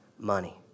money